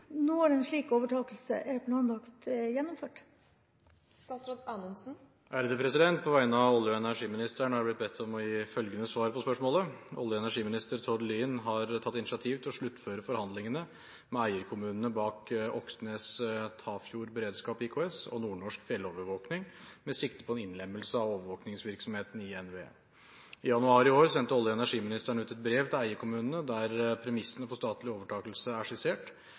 når en slik overtakelse er planlagt gjennomført?» På vegne av olje- og energiministeren har jeg blitt bedt om å gi følgende svar på spørsmålet: Olje- og energiminister Tord Lien har tatt initiativ til å sluttføre forhandlingene med eierkommunene bak Åknes Tafjord Beredskap IKS og Nordnorsk Fjellovervåking med sikte på en innlemmelse av overvåkingsvirksomheten i NVE. I januar i år sendte olje- og energiministeren ut et brev til eierkommunene der premissene for statlig overtakelse er skissert,